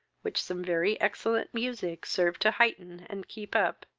which some very excellent music served to heighten and keep up.